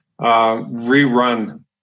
rerun